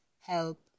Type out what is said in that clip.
help